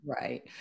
right